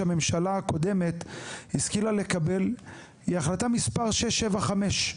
שהממשלה הקודמת השכילה לקבל היא החלטה מספר 675,